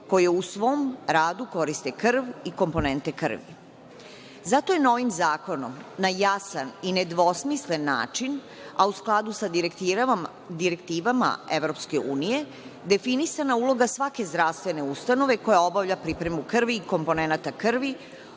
koje u svom radu koriste krvi i komponente krvi. Zato je novim zakonom na jasan i nedvosmislen način, a u skladu sa direktivama EU definisana uloga svake zdravstvene ustanove koja obavlja pripremu krvi i komponenata krvi,